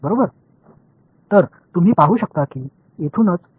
இங்கேயே ஒரு சுழற்சி நடப்பதை நீங்கள் காணலாம்